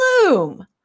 bloom